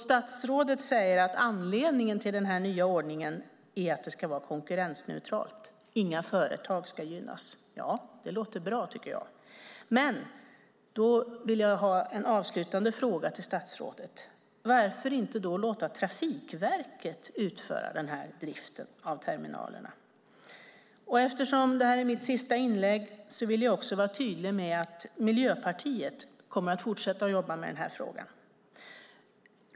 Statsrådet säger att anledningen till den här nya ordningen är att det ska vara konkurrensneutralt. Inga företag ska gynnas. Det låter bra, tycker jag. Jag vill ställa en avslutande fråga till statsrådet: Varför inte låta Trafikverket utföra den här driften av terminalerna? Eftersom det här är mitt sista inlägg vill jag också vara tydlig med att Miljöpartiet kommer att fortsätta att jobba med den här frågan.